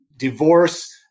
divorce